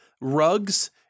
Rugs